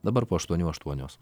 dabar po aštuonių aštuonios